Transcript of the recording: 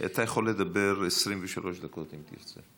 אתה יכול לדבר 23 דקות אם תרצה.